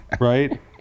Right